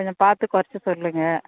கொஞ்சம் பார்த்து குறச்சி சொல்லுங்கள்